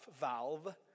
valve